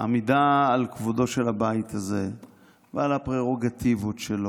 עמידה על כבודו של הבית הזה ועל הפררוגטיבות שלו,